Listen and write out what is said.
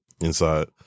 inside